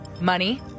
Money